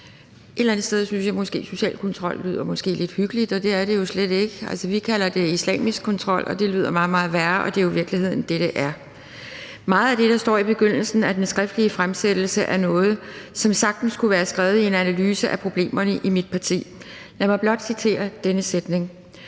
Et eller andet sted synes jeg måske, at social kontrol lyder lidt hyggeligt, men det er det jo slet ikke. Altså, vi kalder det islamisk kontrol, og det lyder meget, meget værre, og det er jo i virkeligheden det, det er. Meget af det, der står i begyndelsen af den skriftlige fremsættelse, er noget, som sagtens kunne være skrevet i mit parti i en analyse af problemerne. Lad mig blot citere denne sætning: